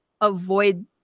avoid